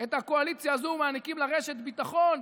את הקואליציה הזו, מעניקים לה רשת ביטחון.